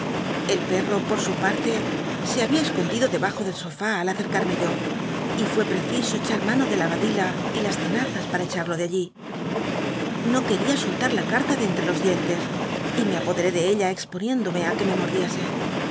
el perro por su patte se babia escondido debajo del sof i al acetcmmc yo y fué preciso echar mano de la badila y las tenazas para echal'lo de all i no queria soltar la c uta de entre jos dientes y me apoderé de ella exponiéndome á que me mordiese